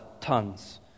tons